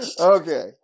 Okay